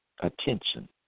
attention